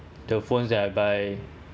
the phones that I buy